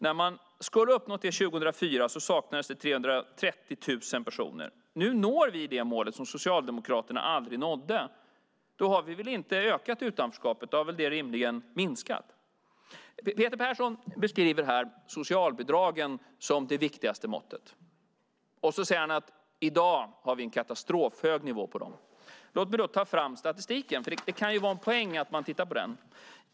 När man skulle ha uppnått det, 2004, saknades det 330 000 personer. Nu når vi det mål som Socialdemokraterna aldrig nådde. Då har vi väl inte ökat utanförskapet? Då har det rimligen minskat. Peter Persson beskriver socialbidragen som det viktigaste måttet. Och han säger att vi i dag har en katastrofhög nivå på dem. Låt mig då ta fram statistiken! Det kan ju vara en poäng att man tittar på den.